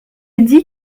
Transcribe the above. dit